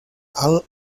also